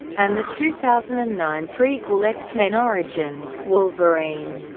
and the two thousand and nine prequel x-men origins wolverine,